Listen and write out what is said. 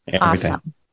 Awesome